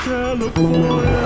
California